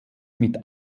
mit